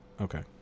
Okay